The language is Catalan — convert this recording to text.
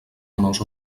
menors